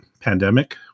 pandemic